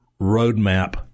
roadmap